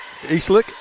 Eastlick